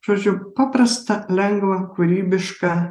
žodžiu paprasta lengva kūrybiška